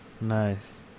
Nice